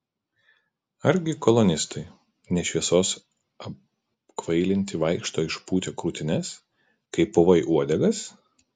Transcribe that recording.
argi kolonistai ne šviesos apkvailinti vaikšto išpūtę krūtines kaip povai uodegas